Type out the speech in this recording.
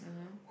mmhmm